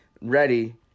ready